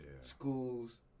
schools